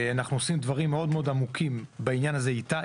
אנחנו עושים דברים מאוד מאוד עמוקים בעניין הזה איתה,